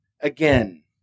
again